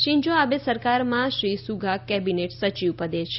Shinzo Abe સરકારમાં Shri Suga cabinet સચિવ પદે છે